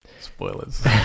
Spoilers